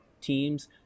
teams